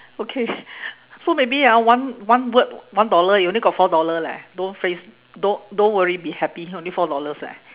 okay so maybe ah one one word one dollar you only got four dollar leh don't phrase don't don't worry be happy only four dollars leh